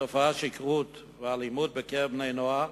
תופעת השכרות והאלימות בקרב בני-נוער,